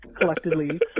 collectively